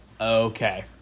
okay